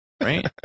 right